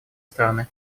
страны